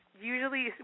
usually